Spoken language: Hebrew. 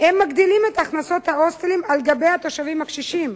הם מגדילים את הכנסות ההוסטל על גב התושבים הקשישים.